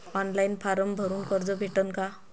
Online form भरून कर्ज भेटन का?